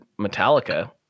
Metallica